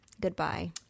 goodbye